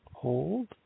Hold